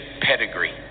pedigree